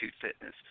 fitness